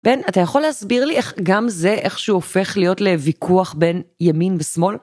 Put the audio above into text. בן, אתה יכול להסביר לי איך גם זה איך שהוא הופך להיות לוויכוח בין ימין ושמאל?